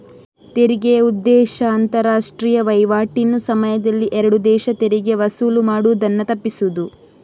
ತೆರಿಗೆಯ ಉದ್ದೇಶ ಅಂತಾರಾಷ್ಟ್ರೀಯ ವೈವಾಟಿನ ಸಮಯದಲ್ಲಿ ಎರಡು ದೇಶ ತೆರಿಗೆ ವಸೂಲು ಮಾಡುದನ್ನ ತಪ್ಪಿಸುದು